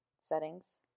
settings